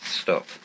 stop